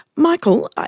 Michael